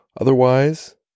Otherwise